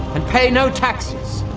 and pay no taxes.